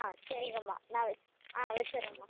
ஆ சரிங்கம்மா நான் வச் வச்சிடுறேன்ம்மா